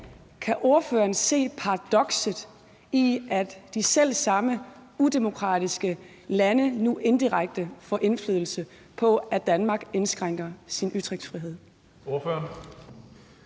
Kan ordføreren se paradokset i, at de selv samme udemokratiske lande nu indirekte får indflydelse på, at Danmark indskrænker ytringsfriheden?